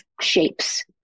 shapes